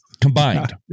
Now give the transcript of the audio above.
combined